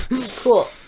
cool